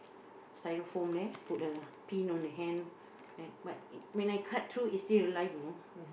styrofoam there put a pin on the hand and but it when I cut through it's still alive you know